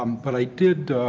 but i did